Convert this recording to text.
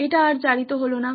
এটা আর জারিত হল না